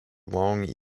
long